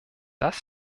das